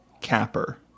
capper